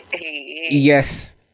Yes